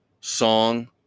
song